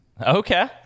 Okay